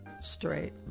straight